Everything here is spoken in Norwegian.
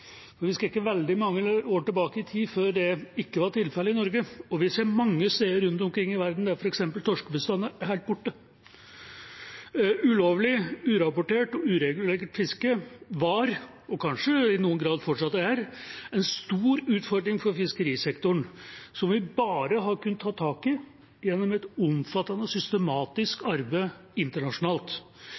Vi skal ikke veldig mange år tilbake i tid før det ikke var tilfellet i Norge, og vi ser mange steder rundt omkring i verden der f.eks. torskebestander er helt borte. Ulovlig, urapportert og uregulert fiske var – og er kanskje i noen grad fortsatt – en stor utfordring for fiskerisektoren som vi bare har kunnet ta tak i gjennom et omfattende, systematisk arbeid internasjonalt.